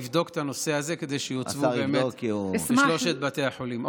נבדוק את הנושא הזה כדי שיוצבו באמת בשלושת בתי החולים.